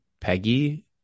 Peggy